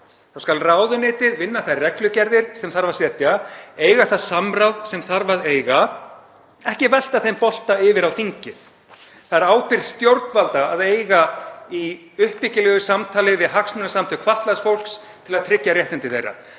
Þá skal ráðuneytið vinna þær reglugerðir sem þarf að setja og eiga það samráð sem þarf að eiga en ekki velta þeim bolta yfir á þingið. Það er ábyrgð stjórnvalda að eiga í uppbyggilegu samtali við hagsmunasamtök fatlaðs fólks til að tryggja réttindi þess.